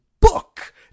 book